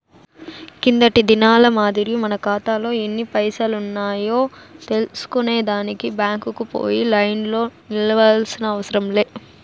కిందటి దినాల మాదిరి మన కాతాలో ఎన్ని పైసలున్నాయో తెల్సుకునే దానికి బ్యాంకుకు పోయి లైన్లో నిల్సోనవసరం లే